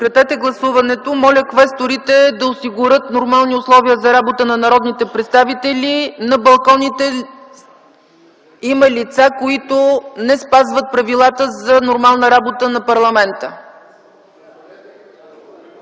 на този законопроект. Моля квесторите да осигурят нормални условия за народните представители. На балконите има лица, които не спазват правилата за нормална работа на парламента.